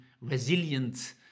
resilient